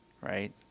right